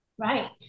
Right